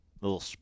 Little